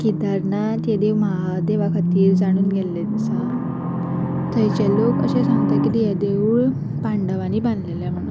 केदारनाथ हे देव म्हादेवा खातीर जाणून गेल्ले आसा थंयचे लोक अशें सांगता की हे देवूळ पांडवांनी बांदलेले म्हणून